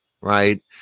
Right